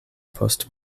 post